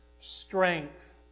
strength